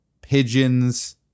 pigeons